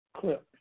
clip